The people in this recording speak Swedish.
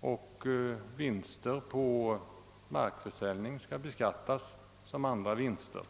och att vinster på markförsäljning skall beskattas som andra vinster.